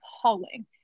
appalling